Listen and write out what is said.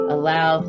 Allow